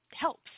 helps